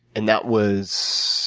and that was,